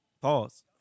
Pause